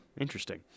Interesting